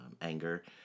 Anger